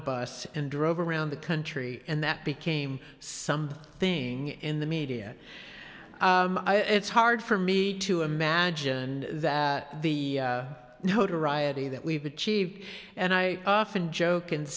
bus and drove around the country and that became some thing in the media it's hard for me to imagine that the notoriety that we've achieved and i often joke and